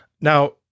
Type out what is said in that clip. Now